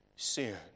Sin